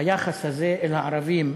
היחס הזה אל הערבים,